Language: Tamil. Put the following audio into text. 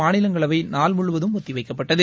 மாநிலங்களவை நாள் முழுவதும் ஒத்திவைக்கப்பட்டது